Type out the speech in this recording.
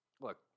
Look